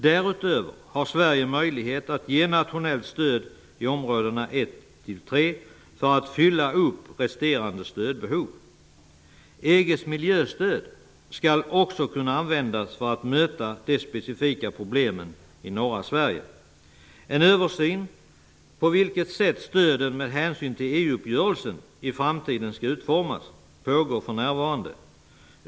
Därutöver har Sverige möjlighet att ge nationellt stöd i områdena 1--3 för att fylla upp resterande stödbehov. EG:s miljöstöd skall också kunna användas för att möta de specifika problemen i norra Sverige. För närvarande pågår en översyn av på vilket sätt stöden med hänsyn till EU-uppgörelsen i framtiden skall utformas.